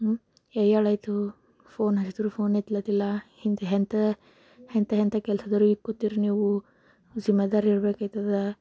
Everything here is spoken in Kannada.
ಹ್ಞೂಂ ಏಳಾಯ್ತು ಫೋನ್ ಹಚ್ಚಿದ್ರು ಫೋನ್ ಎತ್ತುತ್ತಿಲ್ಲ ಇಂಥ ಎಂಥ ಎಂಥ ಎಂಥ ಕೆಲಸದೋರಿಗಿಕ್ಕೂತೀರಿ ನೀವು ಜಿಮ್ಮೆದಾರಿ ಇರಬೇಕಾಗ್ತದೆ